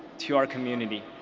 to our community.